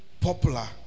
popular